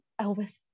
Elvis